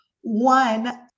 one